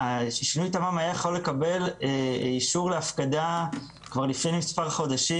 שינוי התמ"מ היה יכול לקבל אישור להפקדה כבר לפני מספר חודשים,